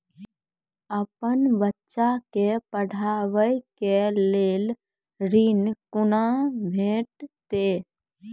अपन बच्चा के पढाबै के लेल ऋण कुना भेंटते?